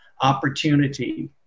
opportunity